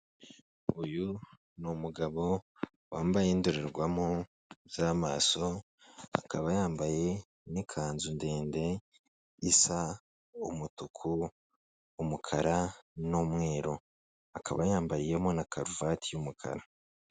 Uyu ni umugabo wambaye indorerwamo z'amaso, akaba yambaye n'ikanzu ndende isa umutuku, umukara, n'umweru. Akaba yambariyemo na karuvati y'umukara.